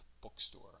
Bookstore